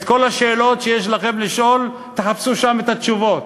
כל השאלות שיש לכם לשאול, תחפשו שם את התשובות.